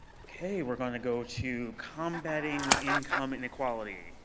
okay. we're going to go to combating income inequality,